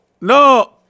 no